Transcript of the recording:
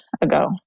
ago